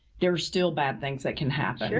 there is still bad things that can happen.